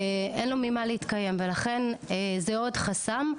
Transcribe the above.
אין לו ממה להתקיים ולכן זה עוד חסם,